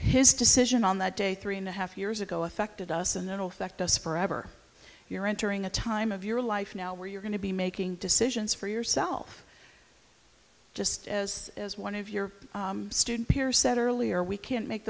his decision on that day three and a half years ago affected us and then affect us forever you're entering a time of your life now where you're going to be making decisions for yourself just as as one of your student peers said earlier we can't make